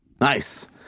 Nice